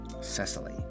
Cecily